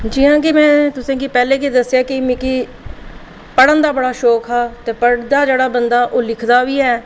जि'यां कि में तुसेंगी पैह्लें गै दस्सेआ कि मिगी पढ़न दा बड़ा शौक हा ते जेह्का बंदा पढ़दा ओह् लिखदा बी ऐ